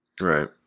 Right